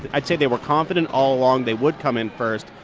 i'd say they were confident all along they would come in first.